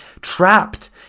trapped